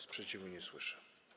Sprzeciwu nie słyszę.